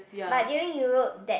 but during Europe that